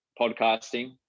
podcasting